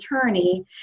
attorney